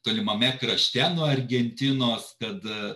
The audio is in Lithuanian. tolimame krašte nuo argentinos kad